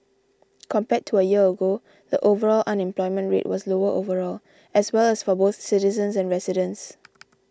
compared to a year ago the overall unemployment rate was lower overall as well as for both citizens and residents